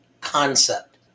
concept